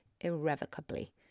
irrevocably